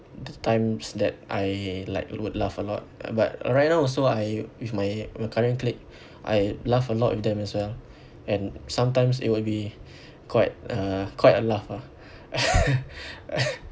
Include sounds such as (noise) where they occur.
the times that I like would laugh a lot but right now also I with my uh current clique I laugh a lot with them as well and sometimes it would be quite uh quite a laugh ah (laughs)